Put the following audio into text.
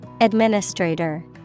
Administrator